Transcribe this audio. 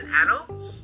adults